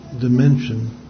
dimension